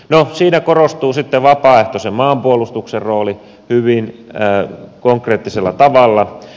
no siinä korostuu sitten vapaaehtoisen maanpuolustuksen rooli hyvin konkreettisella tavalla